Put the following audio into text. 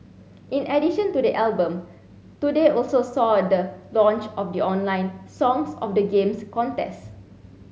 in addition to the album today also saw the launch of the online Songs of the Games contest